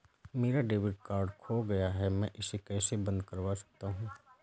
मेरा debit card खो गया है मैं इसे कैसे बंद करवा सकता हूँ?